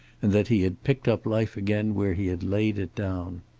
and that he had picked up life again where he had laid it down.